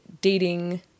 dating